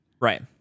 Right